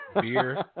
Beer